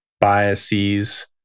biases